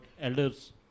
elders